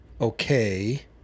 okay